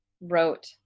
wrote